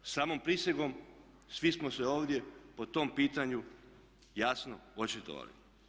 Samom prisegom svi smo se ovdje po tom pitanju jasno očitovali.